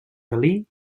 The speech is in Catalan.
galí